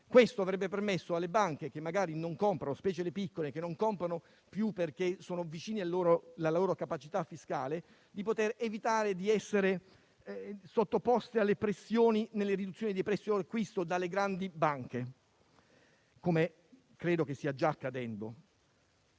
Questo avrebbe permesso alle banche, specialmente alle piccole, che magari non comprano più perché sono vicine alla loro capacità fiscale, di evitare di essere sottoposte alle pressioni nelle riduzioni dei prezzi di acquisto dalle grandi banche, come credo che stia già accadendo.